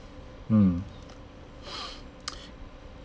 mm